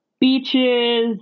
Beaches